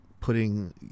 putting